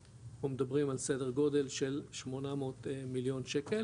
אנחנו מדברים על סדר גודל של 800 מיליון שקל